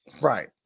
Right